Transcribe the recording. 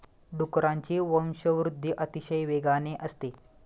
डुकरांची वंशवृद्धि अतिशय वेगवान असते